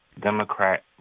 Democrat